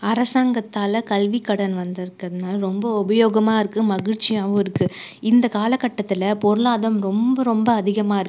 அரசாங்கத்தால் கல்விக் கடன் வந்திருக்கிறதுனால ரொம்ப உபயோகமாக இருக்குது மகிழ்ச்சியாகவும் இருக்குது இந்தக் கால கட்டத்தில் பொருளாதம் ரொம்ப ரொம்ப அதிகமாக இருக்குது